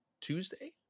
Tuesday